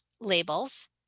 labels